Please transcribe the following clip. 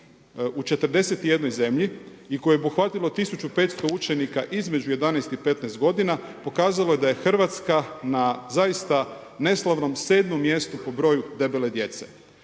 u 41 zemlji i koje je obuhvatilo 1500 učenika između 11 i 15 godina pokazalo je da je Hrvatska na zaista neslavnom 7 mjestu po broju debele djece.